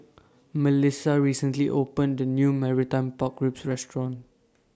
Melissia recently opened The New Marmite Pork Ribs Restaurant